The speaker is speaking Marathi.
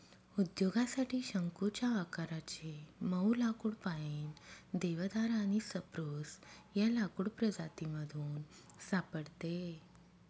उद्योगासाठी शंकुच्या आकाराचे मऊ लाकुड पाईन, देवदार आणि स्प्रूस या लाकूड प्रजातीमधून सापडते